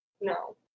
No